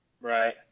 Right